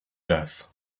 death